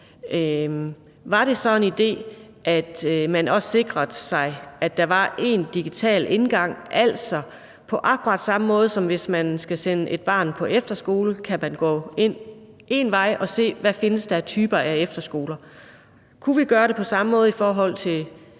om det så var en idé, at man også sikrede sig, at der var én digital indgang, altså på akkurat samme måde, som hvis man skal sende et barn på efterskole, hvor man kan gå ind via én vej og se: Hvad findes der af typer efterskoler? Kunne vi gøre det på samme måde i forhold til